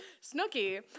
Snooky